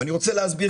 אני רוצה להסביר,